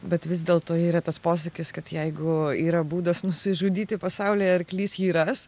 bet vis dėlto yra tas posakis kad jeigu yra būdas nusižudyti pasaulyje arklys jį ras